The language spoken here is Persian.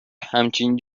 همچین